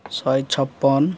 ଶହେ ଛପନ